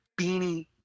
Beanie